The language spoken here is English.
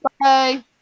Bye